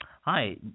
Hi